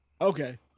Okay